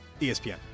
ESPN